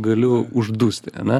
galiu uždusti ane